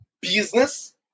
Business